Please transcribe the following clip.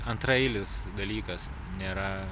antraeilis dalykas nėra